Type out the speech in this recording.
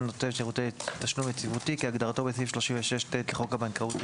נותן שירות תשלום יציבותי כהגדרתו בסעיף 36ט לחוק הבנקאות (רישוי),